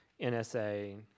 NSA